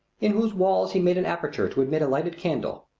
in whose walls he made an aperture to admit a lighted candle.